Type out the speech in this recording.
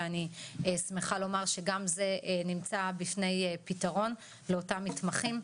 שאני שמחה לומר שגם זה נמצא בפני פתרון לאותם מתחמים.